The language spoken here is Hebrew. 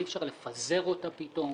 אי אפשר לפזר אותה פתאום,